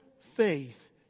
faith